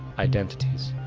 identities.